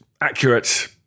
accurate